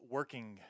Working